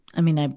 i mean, i,